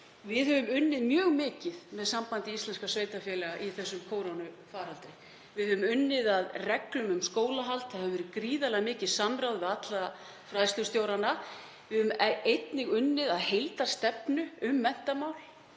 Við höfum unnið mjög mikið með Sambandi íslenskra sveitarfélaga í þessum kórónuveirufaraldri. Við höfum unnið að reglum um skólahald, það hefur verið gríðarlega mikið samráð við alla fræðslustjórana. Við höfum einnig unnið að heildarstefnu um menntamál,